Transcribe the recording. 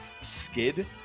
skid